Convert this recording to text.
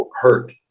hurt